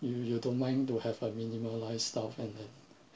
you you don't mind to have a minimal lifestyle and